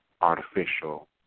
Artificial